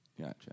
Gotcha